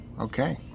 Okay